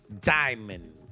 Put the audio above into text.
Diamond